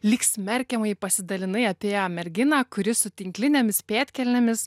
lyg smerkiamai pasidalinai apie mergina kuri su tinklinėmis pėdkelnėmis